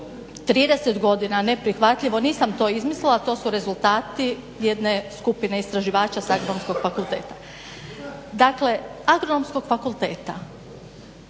30 godina neprihvatljivo, nisam to izmislila, to su rezultati jedne skupine istraživača sa Agronomskog fakulteta. Dakle neprihvatljivo